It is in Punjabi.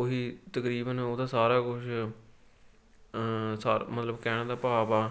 ਉਹੀ ਤਕਰੀਬਨ ਉਹ ਤਾਂ ਸਾਰਾ ਕੁਛ ਮਤਲਬ ਕਹਿਣ ਦਾ ਭਾਵ ਆ